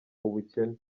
ubukene